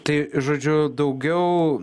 tai žodžiu daugiau